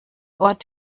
ort